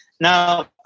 Now